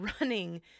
running